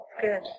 good